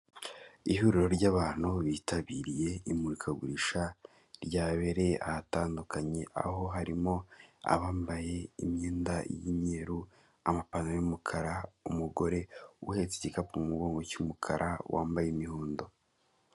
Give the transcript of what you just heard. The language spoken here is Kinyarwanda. Ihuriro ry'abantu bitabiriye imurikagurisha ryabereye ahatandukanye, aho harimo abambaye imyenda y'imyeru, amapantaro y'umukara, umugore uhetse igikapu cy'umukara wambaye imihondo.